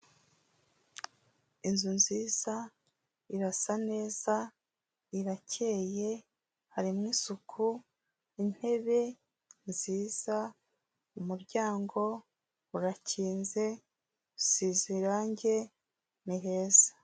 Inzu nziza, irasa neza, irarakeye harimo isuku; intebe nziza, umuryango urakinze usize irange ni heza.